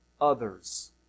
others